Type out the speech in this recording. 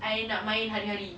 I nak main hari-hari